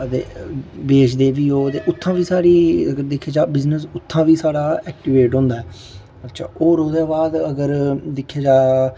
ते बेचदे भी ओह् ते उ'त्थां बी साढ़ी बिज़नेस दिक्खेआ जा उ'त्थां बी बिज़नेस साढ़ा एक्टिवेट होंदा ऐ अच्छा होर ओह्दे बाद अगर दिक्खे जा